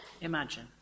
imagine